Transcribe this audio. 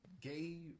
gay